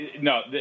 No